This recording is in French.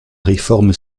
réforme